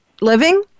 living